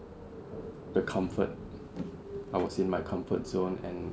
the comfort I was in my comfort zone and